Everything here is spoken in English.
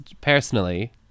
personally